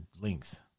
length